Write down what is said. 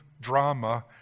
drama